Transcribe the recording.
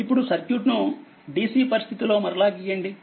ఇప్పుడుసర్క్యూట్నుDCపరిస్థితిలో మరలా గీయండి